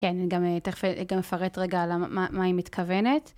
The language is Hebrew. כן, גם-א-תכף א-גם אפרט רגע על מה-מה היא מתכוונת,